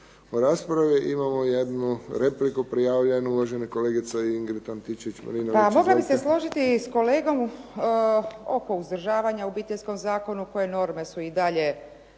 Po raspravi imamo jednu repliku prijavljenu, uvažene kolegice Ingrid Antičević-Marinović.